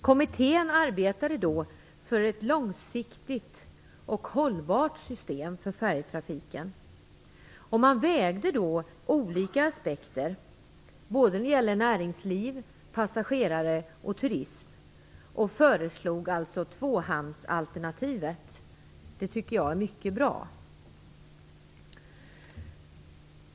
Kommittén arbetade för ett långsiktigt och hållbart system för färjetrafiken. Man vägde olika aspekter när det gäller såväl näringsliv som passagerare och turism. Man föreslog sedan tvåhamnsalternativet. Det tycker jag är ett mycket bra alternativ.